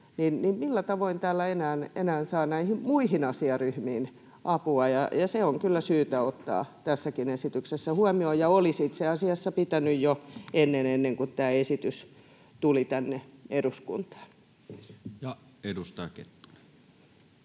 millä tavoin täällä enää saa näihin muihin asiaryhmiin apua. Se on kyllä syytä ottaa tässäkin esityksessä huomioon — ja olisi itse asiassa pitänyt jo ennen kuin tämä esitys tuli tänne eduskuntaan. [Speech